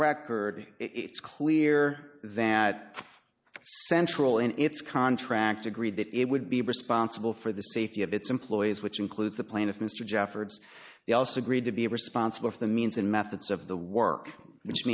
record it's clear that central in its contract agreed that it would be responsible for the safety of its employees which includes the plaintiff mr jeffords they also agreed to be responsible for the means and methods of the work which